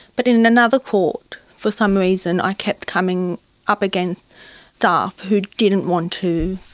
but in in another court for some reason i kept coming up against staff who didn't want to,